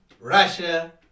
Russia